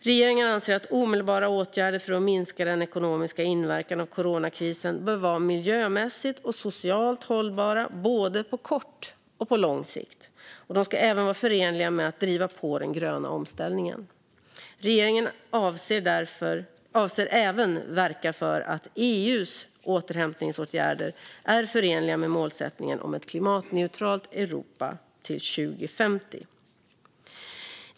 Regeringen anser att omedelbara åtgärder för att minska den ekonomiska inverkan av coronakrisen bör vara miljömässigt och socialt hållbara både på kort och på lång sikt, och de ska även vara förenliga med att driva på den gröna omställningen. Regeringen avser även att verka för att EU:s återhämtningsåtgärder är förenliga med målsättningen om ett klimatneutralt Europa till 2050.